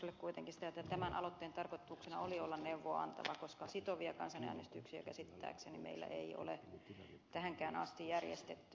rossille kuitenkin sitä että tämän aloitteen tarkoituksena oli esittää neuvoa antavaa kansanäänestystä koska sitovia kansanäänestyksiä käsittääkseni meillä ei ole tähänkään asti järjestetty